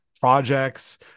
projects